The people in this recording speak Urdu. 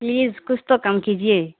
پلیز کچھ تو کم کیجیے